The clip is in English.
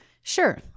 Sure